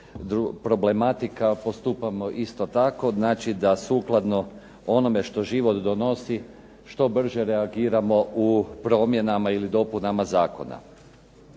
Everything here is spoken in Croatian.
problematika postupamo isto tako. Znači da sukladno onome što život donosi što brže reagiramo u promjenama ili dopunama zakona.